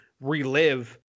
relive